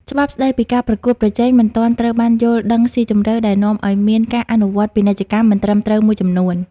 ច្បាប់ស្ដីពីការប្រកួតប្រជែងមិនទាន់ត្រូវបានយល់ដឹងស៊ីជម្រៅ ដែលនាំឱ្យមានការអនុវត្តពាណិជ្ជកម្មមិនត្រឹមត្រូវមួយចំនួន។